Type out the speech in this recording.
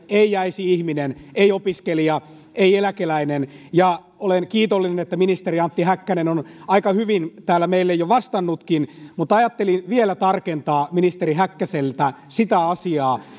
ei jäisi sen velkakuorman alle ei opiskelija ei eläkeläinen olen kiitollinen että ministeri antti häkkänen on aika hyvin täällä meille jo vastannutkin mutta ajattelin vielä tarkentaa ministeri häkkäseltä sitä asiaa